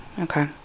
Okay